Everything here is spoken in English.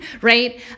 right